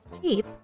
cheap